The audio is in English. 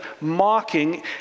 mocking